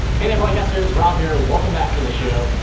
hey there, blogcasters. rob here. welcome back to the show.